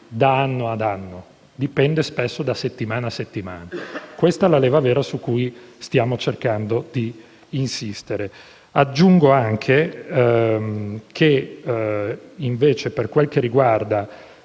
da anno ad anno e che varia, spesso, da settimana a settimana. Questa è la leva vera su cui stiamo cercando di insistere. Aggiungo anche che, invece, per quanto riguarda